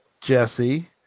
Jesse